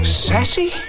sassy